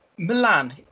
milan